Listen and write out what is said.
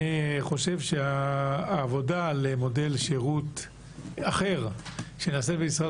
אני חושב שהעבודה על מודל שירות אחר שנעשית במשרד